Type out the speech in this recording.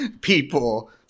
people